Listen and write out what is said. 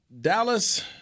Dallas